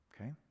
Okay